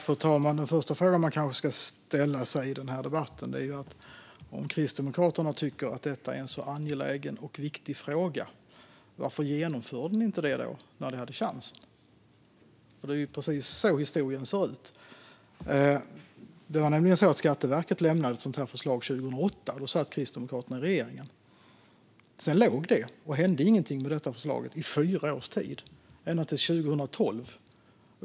Fru talman! Den första frågan man kanske ska ställa sig i debatten är att om Kristdemokraterna tycker att det är en så angelägen och viktig fråga, varför genomförde ni inte det när ni hade chansen? Det är precis så historien ser ut. Det var nämligen så att Skatteverket lämnade ett sådant förslag 2008, och då satt Kristdemokraterna i regeringen. Sedan låg det, och det hände ingenting med det förslaget i fyra års tid ända tills 2012.